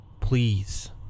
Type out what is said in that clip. Please